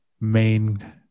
main